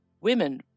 Women